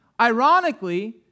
ironically